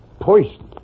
Poison